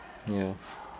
ya